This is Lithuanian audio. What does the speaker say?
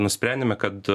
nusprendėme kad